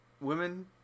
Women